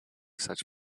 such